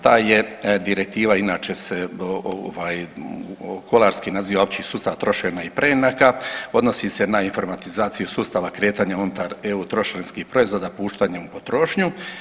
Ta je direktiva inače se kuloarski naziva opći sustav trošenja i preinaka odnosi se na informatizaciju sustava kretanja unutar EU trošarinskih proizvoda puštanjem u potrošnju.